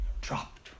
dropped